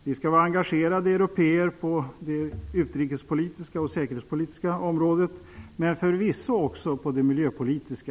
Vi skall vara engagerade européer på det utrikespolitiska och säkerhetspolitiska området men förvisso också på det miljöpolitiska.